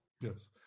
Yes